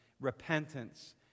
repentance